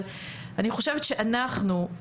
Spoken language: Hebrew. אבל אני חושבת שיש משהו בזה שאנחנו,